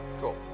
cool